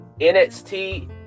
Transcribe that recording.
NXT